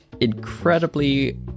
incredibly